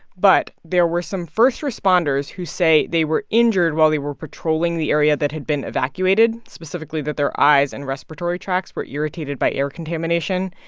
but there were some first responders who say they were injured while they were patrolling the area that had been evacuated, specifically that their eyes and respiratory tracts were irritated by air contamination.